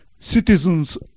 citizens